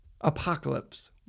Apocalypse